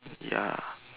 ya